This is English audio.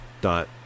dot